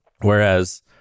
Whereas